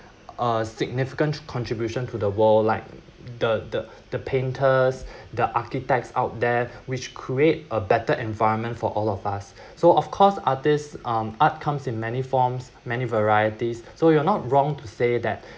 a significant contribution to the world like the the the painters the architects out there which create a better environment for all of us so of course artist um art comes in many forms many varieties so you're not wrong to say that